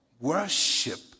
worship